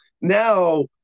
now